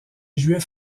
juif